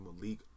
Malik